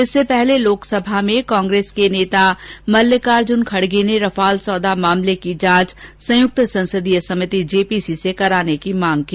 इससे पहले लोकसभा में कांग्रेस दल के नेता मल्लिकार्जुन खड़गे ने रफाल सौदा मामले की जांच संयुक्त संसदीय समिति जेपीसी से कराने की मांग की